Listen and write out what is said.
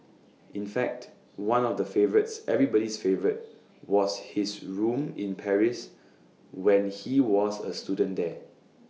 in fact one of the favourites everybody's favourite was his room in Paris when he was A student there